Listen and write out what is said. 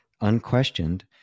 Unquestioned